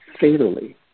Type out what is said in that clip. fatally